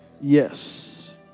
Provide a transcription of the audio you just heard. yes